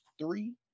three